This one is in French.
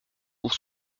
pour